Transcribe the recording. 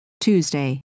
Tuesday